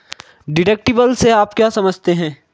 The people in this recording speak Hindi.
डिडक्टिबल से आप क्या समझते हैं?